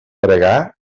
pregar